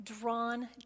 drawn